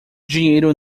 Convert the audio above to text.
dinheiro